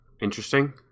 interesting